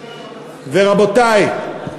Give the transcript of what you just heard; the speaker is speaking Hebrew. ורבותי,